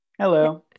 hello